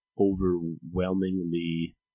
overwhelmingly